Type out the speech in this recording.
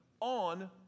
on